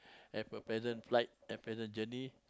have a pleasant flight have pleasant journey